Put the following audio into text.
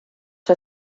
der